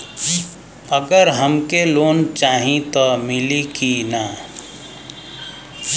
अगर हमके लोन चाही त मिली की ना?